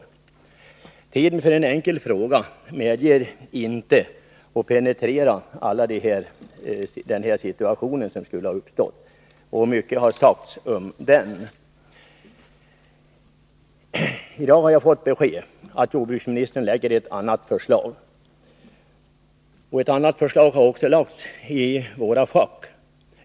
Den tid som står till buds när det gäller en fråga medger inte att jag penetrerar alla de situationer som skulle uppstått. Mycket har f. ö. sagts om detta. I dag har jag fått beskedet att jordbruksministern framlägger ett annat förslag, och det-har också lagts ett förslag i våra fack.